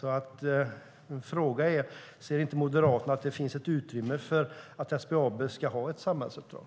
Min fråga är: Ser inte Moderaterna att det finns ett utrymme för att SBAB ska ha ett samhällsuppdrag?